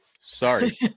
Sorry